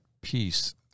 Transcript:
peace